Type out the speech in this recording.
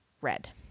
red